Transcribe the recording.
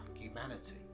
humanity